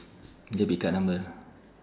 debit card number